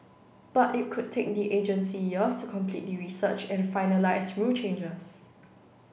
but it could take the agency years to complete the research and finalise rule changes